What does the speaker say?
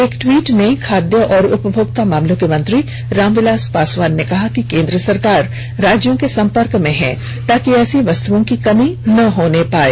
एक टवीट में खाद्य और उपभोक्ता मामलों के मंत्री रामविलास पासवान ने कहा कि केन्द्र सरकार राज्यों से सम्पर्क में है ताकि ऐसी वस्तुओं की कमी न होने पाए